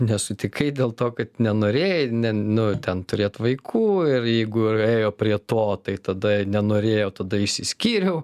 nesutikai dėl to kad nenorėjai ne nu ten turėt vaikų ir jeigu ir ėjo prie to tai tada ir nenorėjo tada išsiskyriau